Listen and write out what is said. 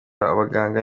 n’abaganga